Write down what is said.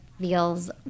feels